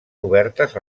obertes